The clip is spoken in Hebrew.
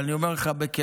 אבל אני אומר לך בכנות,